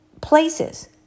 places